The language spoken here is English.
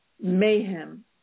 mayhem